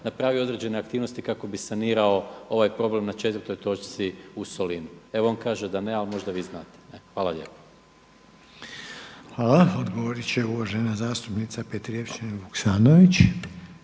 napravio određene aktivnosti kako bi sanirao ovaj problem na četvrtoj točci u Solinu? Evo on kaže da ne, ali možda vi znate. Hvala lijepo. **Reiner, Željko (HDZ)** Hvala. Odgovorit će uvažena zastupnica Petrijevčanin-Vuksanović.